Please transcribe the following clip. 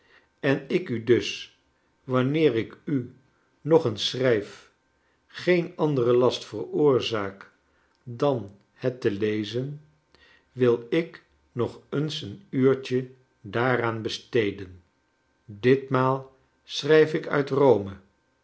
en ik u dus wanneer ik u nog eens schrijf geen anderen last veroorzaak dan het te lezen wil ik nog eens een uurtje daaraan besteden ditmaal schrijf ik uit rome